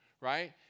right